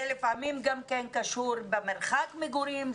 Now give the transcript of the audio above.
זה לפעמים קשור במרחק מגורים,